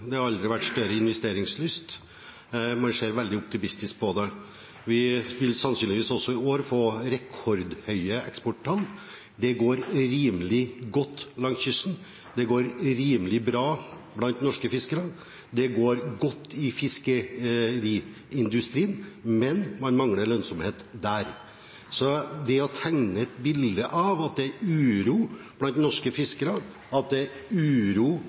Det har aldri vært større investeringslyst. Man ser veldig optimistisk på det. Vi vil sannsynligvis også i år få rekordhøye eksporttall. Det går rimelig godt langs kysten. Det går rimelig bra for norske fiskere. Det går godt i fiskeriindustrien, men man mangler lønnsomhet der. Det å tegne et bilde av at det er uro blant norske fiskere, at det er uro